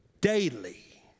daily